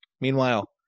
Meanwhile